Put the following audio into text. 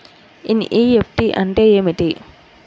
NEFT అంటే ఏమిటి?